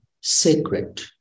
sacred